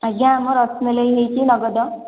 ଆଜ୍ଞା ଆମର ରସମଲେଇ ହେଇଛି ନଗଦ